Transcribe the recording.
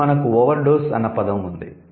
ఇప్పుడు మనకు 'overdose' అన్న పదం ఉంది